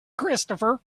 christopher